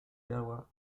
gawa